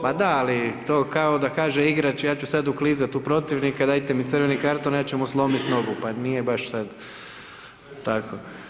Ma da, ali to kao da kaže igrač, ja ću sad uklizati u protivnika, dajte mi crveni karton, ja ću mu slomit nogu, pa nije baš sad tako.